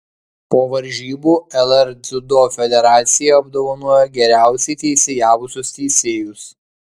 po varžybų lr dziudo federacija apdovanojo geriausiai teisėjavusius teisėjus